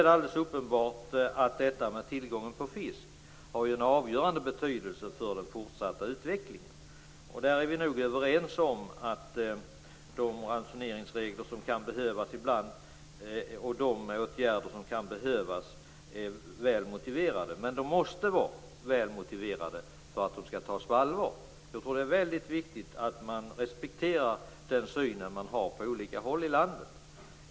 Tillgången på fisk har naturligtvis en avgörande betydelse för den fortsatta utvecklingen. Vi är nog överens om att de ransoneringsregler och de åtgärder som ibland kan behövas är väl motiverade - de måste vara väl motiverade för att de skall tas på allvar. Det är viktigt att den uppfattning som finns på olika håll i landet respekteras.